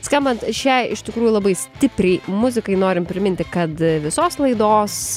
skambant šiai iš tikrųjų labai stipriai muzikai norim priminti kad visos laidos